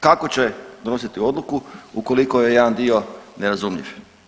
Kako će donositi odluku ukoliko je jedan dio nerazumljiv.